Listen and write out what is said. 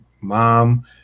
mom